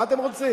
מה אתם רוצים?